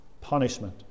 punishment